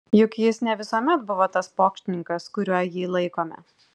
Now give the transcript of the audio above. juk jis ne visuomet buvo tas pokštininkas kuriuo jį laikome